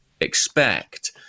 expect